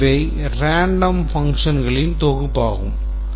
எனவே இவை random functionகளின் தொகுப்பாகும்